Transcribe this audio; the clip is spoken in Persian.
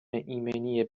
ایمنی